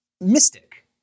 mystic